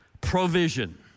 provision